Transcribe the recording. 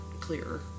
clearer